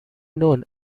known